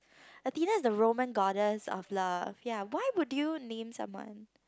Athena is the Roman goddess of love ya why would you name someone